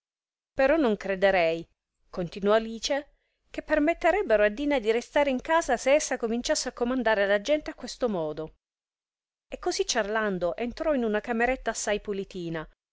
però non crederei continuò alice che permetterebbero a dina di restare in casa se essa cominciasse a comandare la gente a questo modo e così ciarlando entrò in una cameretta assai pulitina